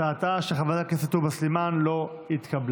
הצעתה של חברת הכנסת תומא סלימאן לא התקבלה.